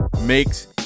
makes